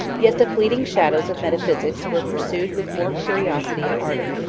yet the fleeting shadows of metaphysics were pursued with more curiosity and ardor.